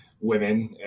women